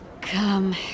Come